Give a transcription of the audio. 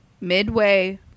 Midway